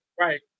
Right